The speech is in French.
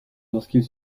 lorsqu’il